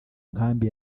nkambi